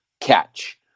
catch